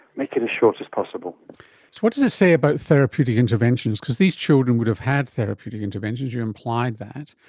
make it as short as possible. so what does it say about therapeutic interventions? because these children would have had therapeutic interventions, you implied that,